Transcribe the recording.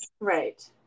right